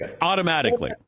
automatically